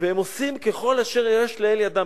והם עושים כל אשר יש לאל ידם,